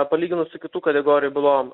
palyginus su kitų kategorijų bylom